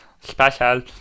special